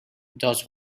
does